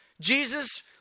Jesus